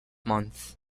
month